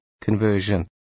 conversion